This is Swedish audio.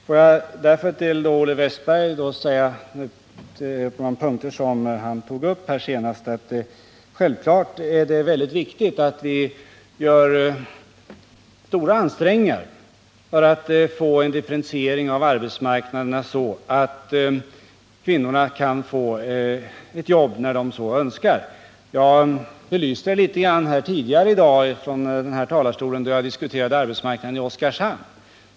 Får jag till Olle Westberg beträffande de punkter som han senast tog upp säga att det självfallet är mycket viktigt att vi gör stora ansträngningar för att få en differentiering av arbetsmarknaden, så att kvinnorna kan få ett jobb när de så önskar. Från denna talarstol har jag tidigare i dag litet grann belyst detta problem då vi diskuterade arbetsmarknaden i Oskarshamn.